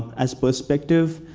as perspective,